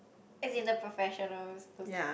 as in the professionals those